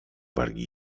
wargi